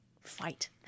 fight